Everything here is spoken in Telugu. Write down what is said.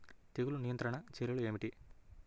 తెగులు నియంత్రణ చర్యలు ఏమిటి?